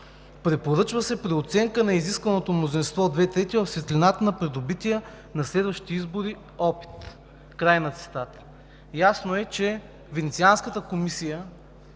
Препоръчва се преоценка на изисканото мнозинство от две трети в светлината на придобития на следващите избори опит.“ Край на цитата. Ясно е, че Венецианската комисия